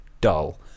dull